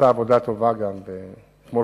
אדוני